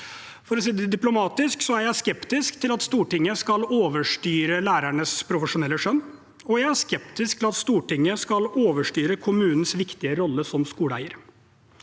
For å si det litt diplomatisk: Jeg er skeptisk til at Stortinget skal overstyre lærernes profesjonelle skjønn, og jeg er skeptisk til at Stortinget skal overstyre kommunens viktige rolle som skoleeier.